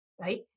right